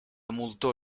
moltó